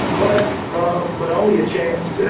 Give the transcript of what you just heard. but ah but only a chance.